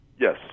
Yes